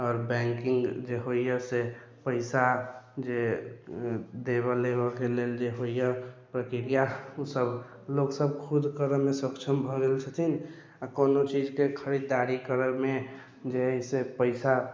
आओर बैंकिंग जे होइए से ओइ पैसा जे देबऽ लेबऽके लेल जे होइए प्रक्रिया सब लोकसब खुद करैमे सक्षम भऽ गेल छथिन आओर कोनो चीजके खरीदारी करैमे जे है से पैसा